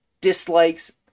dislikes